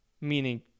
meaning